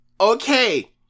okay